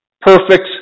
perfect